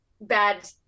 bad